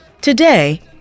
Today